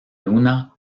luna